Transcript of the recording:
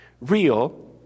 real